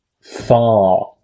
far